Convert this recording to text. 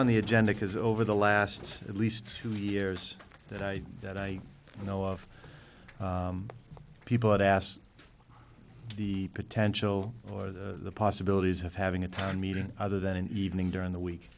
on the agenda because over the last at least two years that i that i know of people have asked the potential or the possibilities of having a town meeting other than an evening during the week